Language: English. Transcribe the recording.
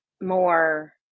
more